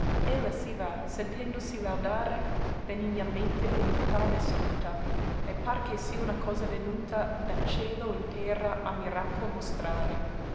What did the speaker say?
guardare ella si va sentendosi laudare benignamente d'umiltà vestuta e par che sia una cosa venuta da cielo in terra a miracol mostrare